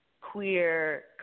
queer